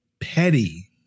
petty